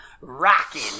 rocking